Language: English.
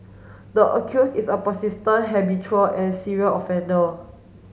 the accuse is a persistent habitual and serial offender